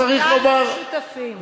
כולנו שותפים.